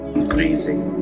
increasing